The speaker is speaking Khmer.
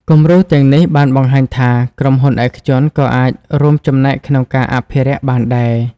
គំរូទាំងនេះបានបង្ហាញថាក្រុមហ៊ុនឯកជនក៏អាចរួមចំណែកក្នុងការអភិរក្សបានដែរ។